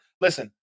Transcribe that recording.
listen